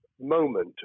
moment